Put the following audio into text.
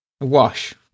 Wash